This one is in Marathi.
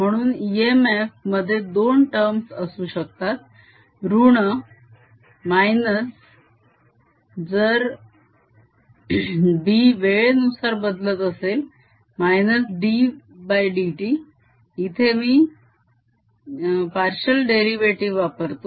म्हणून इएमएफ मध्ये दोन टर्म्स असू शकतात ऋण - जर B वेळेनुसार बदलत असेल ddt मी इथे पार्शिअल देरीवेटीव वापरतो